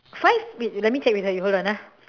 five wait you let me check with her you hold on ah